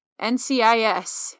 NCIS